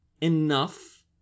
enough